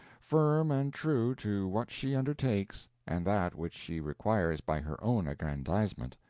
firm and true to what she undertakes, and that which she requires by her own aggrandizement,